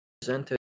presented